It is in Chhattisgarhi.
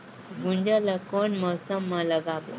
गुनजा ला कोन मौसम मा लगाबो?